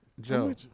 Joe